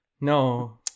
No